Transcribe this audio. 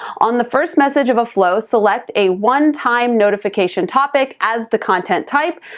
on the first message of a flow, select a one-time notification topic as the content type.